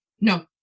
No